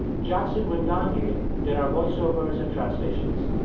jackson m'vunganyi did our voiceovers and translations.